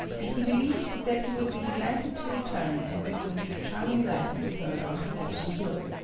and he believed that he would be delighted to return and resume his charm ing life with her on higashi hill.